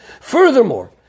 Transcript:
Furthermore